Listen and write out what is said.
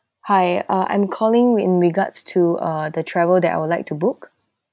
hi uh I'm calling with regards to uh the travel that I would like to book